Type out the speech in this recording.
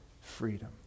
freedom